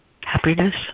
happiness